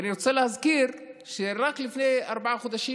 ואני רוצה להזכיר שרק לפני ארבעה חודשים